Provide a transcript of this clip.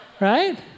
right